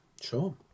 sure